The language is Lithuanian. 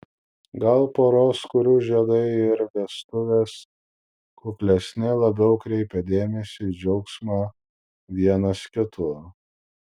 gal poros kurių žiedai ir vestuvės kuklesni labiau kreipia dėmesį į džiaugsmą vienas kitu